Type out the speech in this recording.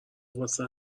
واسه